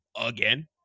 again